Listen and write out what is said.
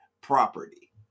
property